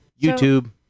YouTube